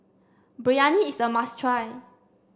Biryani is a must try